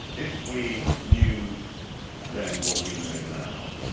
if we knew then what we know now,